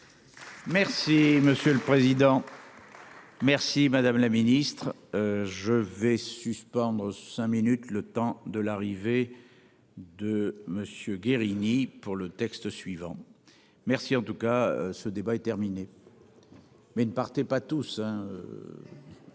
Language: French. Merci monsieur le président. Merci madame la ministre. Je vais suspendre cinq minutes, le temps de l'arrivée. De monsieur Guérini pour le texte suivant merci en tout cas, ce débat est terminé. Mais ils ne partaient pas tous